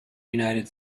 united